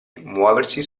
muoversi